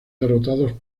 derrotados